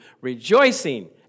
rejoicing